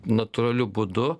natūraliu būdu